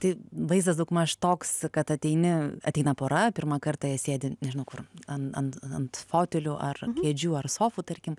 tai vaizdas daugmaž toks kad ateini ateina pora pirmą kartą jie sėdi nežino kur ant ant ant fotelių ar ant kėdžių ar sofų tarkim